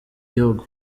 gihugu